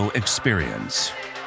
experience